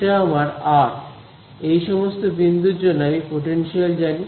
এটা আমার আর এই সমস্ত বিন্দুর জন্য আমি পোটেনশিয়াল জানি